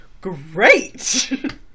Great